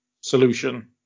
solution